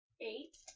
Eight